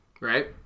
Right